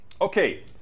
Okay